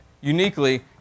uniquely